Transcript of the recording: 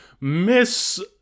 Miss